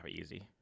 Easy